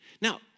Now